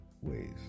ways